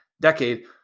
decade